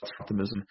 optimism